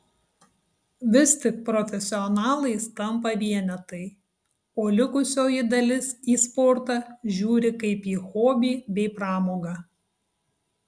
vis tik profesionalais tampa vienetai o likusioji dalis į sportą žiūri kaip į hobį bei pramogą